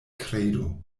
kredo